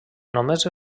només